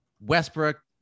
Westbrook